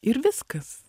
ir viskas